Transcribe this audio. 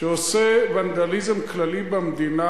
שעושה ונדליזם כללי במדינה,